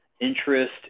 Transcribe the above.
interest